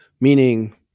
meaning